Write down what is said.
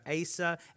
Asa